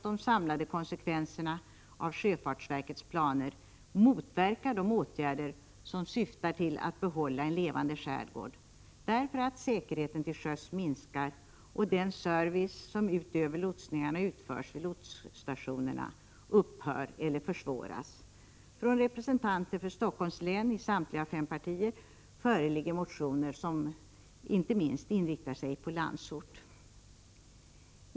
De samlade konsekvenserna av sjöfartsverkets planer motverkar nämligen de åtgärder som syftar till att man skall behålla en levande skärgård eftersom säkerheten till sjöss minskar och då den service som utöver lotsningarna utförs vid lotsstationerna upphör eller försvåras. Från representanter från samtliga fem partier för Stockholms län föreligger motioner som inte minst inriktar sig på Landsort.